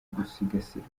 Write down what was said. gusigasira